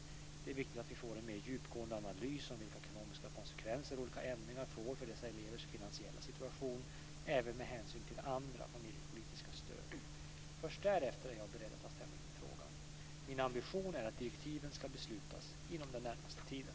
Det är viktigt att vi får en mer djupgående analys av vilka ekonomiska konsekvenser olika ändringar får för dessa elevers finansiella situation även med hänsyn till andra familjepolitiska stöd. Först därefter är jag beredd att ta ställning i frågan. Min ambition är att direktiven ska beslutas inom den närmaste tiden.